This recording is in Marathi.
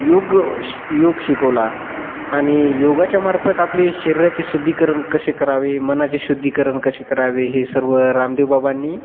योग श योग शिकवला आणि योगाच्यामार्फत आपले शरीराचे शुद्धीकरण कसेे करावे मनाचे शुद्धीकरण कसेे करावे हे सर्व रामदेव बाबांनी